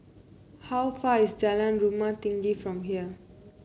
how far is Jalan Rumah Tinggi from here